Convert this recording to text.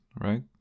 right